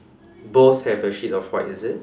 both have a sheet of white is it